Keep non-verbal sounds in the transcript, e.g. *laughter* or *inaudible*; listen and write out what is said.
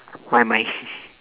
my mind *laughs*